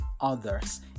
others